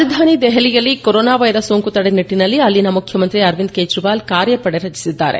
ರಾಜಧಾನಿ ದೆಹಲಿಯಲ್ಲಿ corona virus ಸೋಂಕು ತಡೆ ನಿಟ್ಟಿನಲ್ಲಿ ಅಲ್ಲಿನ ಮುಖ್ಯಮಂತ್ರಿ ಅರವಿಂದ ಕೇಜ್ರಿವಾಲ್ ಕಾರ್ಯಪಡೆ ರಚಿಸಿದ್ದಾರೆ